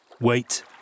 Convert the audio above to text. Wait